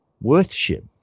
Worth-ship